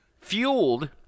fueled